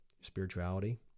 spirituality